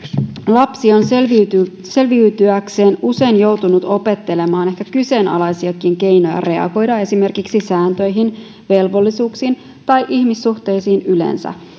lapsi on selviytyäkseen usein joutunut opettelemaan ehkä kyseenalaisiakin keinoja reagoida esimerkiksi sääntöihin ja velvollisuuksiin tai ihmissuhteissa yleensä